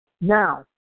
Now